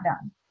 done